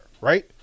Right